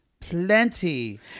plenty